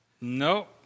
No